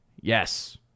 Yes